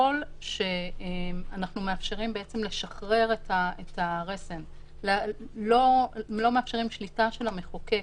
ככל שאנחנו מאפשרים לשחרר את הרסן ולא מאפשרים שליטה של המחוקק